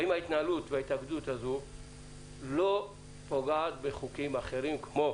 האם ההתנהלות וההתאגדות הזאת לא פוגעות בחוקים אחרים כמו